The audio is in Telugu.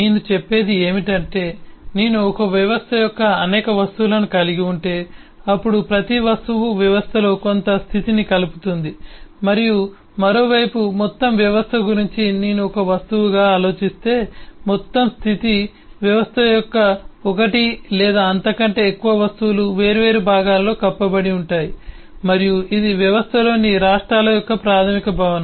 నేను చెప్పేది ఏమిటంటే నేను ఒక వ్యవస్థ అనేక వస్తువులను కలిగి ఉంటే అప్పుడు ప్రతి వస్తువు వ్యవస్థలో కొంత స్థితిని కలుపుతుంది మరియు మరోవైపు మొత్తం వ్యవస్థ గురించి నేను ఒక వస్తువుగా ఆలోచిస్తే మొత్తం స్థితి వ్యవస్థ యొక్క ఒకటి లేదా అంతకంటే ఎక్కువ వస్తువులు వేర్వేరు భాగాలలో కప్పబడి ఉంటాయి మరియు ఇది వ్యవస్థలోని రాష్ట్రాల యొక్క ప్రాథమిక భావన